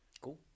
cool